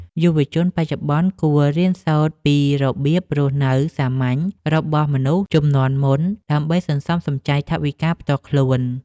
យុវជនបច្ចុប្បន្នគួររៀនសូត្រពីរបៀបរស់នៅសាមញ្ញរបស់មនុស្សជំនាន់មុន ដើម្បីសន្សំសំចៃថវិកាផ្ទាល់ខ្លួន។